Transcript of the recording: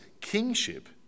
kingship